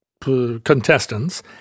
contestants